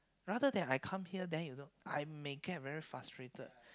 rather than I come here then you don't I may get very frustrated